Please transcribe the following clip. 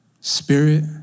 Spirit